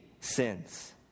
sins